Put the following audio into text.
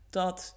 dat